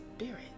spirit